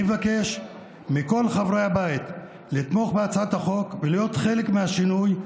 אני מבקש מכל חברי הבית לתמוך בהצעת החוק ולהיות חלק מהשינוי.